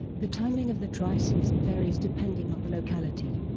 the timing of the dry season varies depending on the locality,